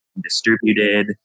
distributed